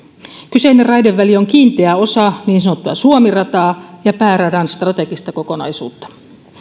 kyseinen raideväli on kiinteä osa niin sanottua suomi rataa ja pääradan strategista kokonaisuutta